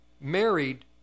married